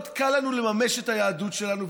מאוד קל לנו לממש את היהדות שלנו,